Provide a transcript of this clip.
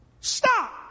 Stop